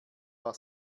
war